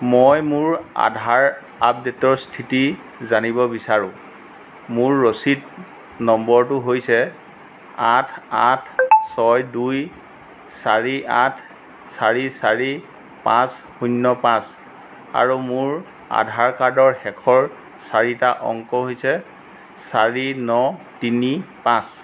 মই মোৰ আধাৰ আপডেটৰ স্থিতি জানিব বিচাৰোঁ মোৰ ৰচিদ নম্বৰটো হৈছে আঠ আঠ ছয় দুই চাৰি আঠ চাৰি চাৰি পাঁচ শূন্য পাঁচ আৰু মোৰ আধাৰ কাৰ্ডৰ শেষৰ চাৰিটা অংক হৈছে চাৰি ন তিনি পাঁচ